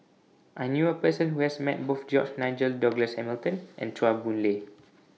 I knew A Person Who has Met Both George Nigel Douglas Hamilton and Chua Boon Lay